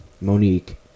Monique